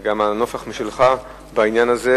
וגם על הנופך משלך בעניין הזה.